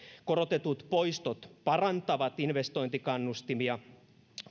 korotetut poistot parantavat investointikannustimia